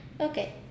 Okay